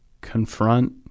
confront